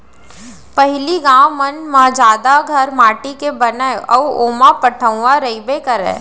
पहिली गॉंव मन म जादा घर माटी के बनय अउ ओमा पटउहॉं रइबे करय